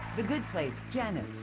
the good place, janet s,